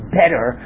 better